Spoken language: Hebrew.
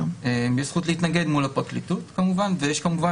יש זכות להתנגד מול הפרקליטות כמובן ויש כמובן